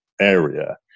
area